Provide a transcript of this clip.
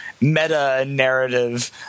meta-narrative